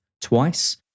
twice